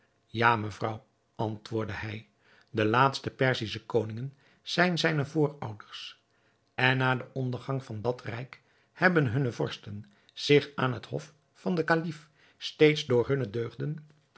ja mevrouw antwoordde hij de laatste perzische koningen zijn zijne voorouders en na den ondergang van dat rijk hebben hunne vorsten zich aan het hof van den kalif steeds door hunne deugden